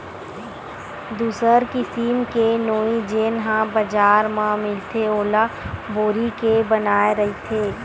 दूसर किसिम के नोई जेन ह बजार म मिलथे ओला बोरी के बनाये रहिथे